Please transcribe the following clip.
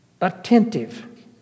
attentive